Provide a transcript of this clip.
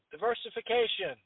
diversification